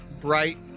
bright